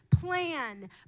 plan